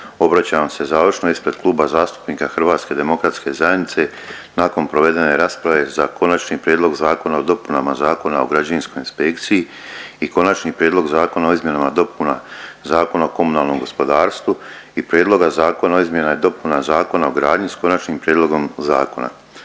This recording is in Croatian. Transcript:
Obraćam vam se završno ispred Kluba zastupnika Hrvatske demokratske zajednice nakon provedene rasprave za Konačni prijedlog zakona o dopunama Zakona o građevinskoj inspekciji i Konačni prijedlog zakona o izmjenama i dopunama Zakona o komunalnom gospodarstvu i Prijedlogu zakona o izmjenama i dopunama Zakona o gradnji s konačnim prijedlogom zakona.